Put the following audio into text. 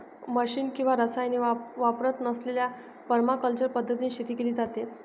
machine किंवा रसायने वापरत नसलेल्या परमाकल्चर पद्धतीने शेती केली जाते